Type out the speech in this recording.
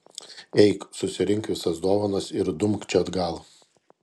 eik susirink visas dovanas ir dumk čia atgal